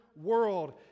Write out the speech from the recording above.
world